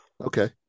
Okay